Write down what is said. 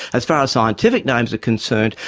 as far as scientific names are concerned,